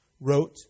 wrote